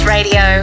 Radio